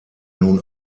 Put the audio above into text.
nun